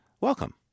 Welcome